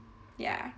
ya